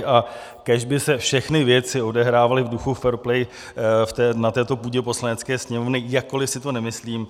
A kéž by se všechny věci odehrávaly v duchu fair play na této půdě Poslanecké sněmovny, jakkoli si to nemyslím.